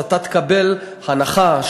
אז אתה תקבל הנחה,